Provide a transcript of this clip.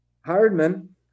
Hardman